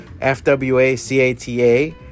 F-W-A-C-A-T-A